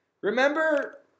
Remember